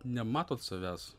nematot savęs